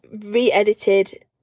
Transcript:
re-edited